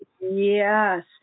Yes